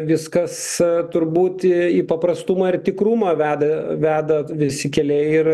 viskas turbūt į paprastumą ir tikrumą veda veda visi keliai ir